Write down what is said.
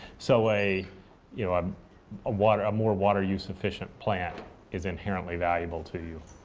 so a you know um water more water-use-efficient plant is inherently valuable to you.